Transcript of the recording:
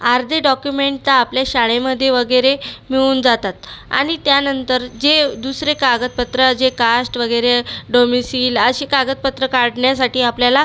अर्धे डॉक्युमेंट तर आपल्या शाळेमध्ये वगैरे मिळून जातात आणि त्यानंतर जे दुसरे कागदपत्रं जे कास्ट वगैरे डोमेसिल अशी कागदपत्रं काढण्यासाठी आपल्याला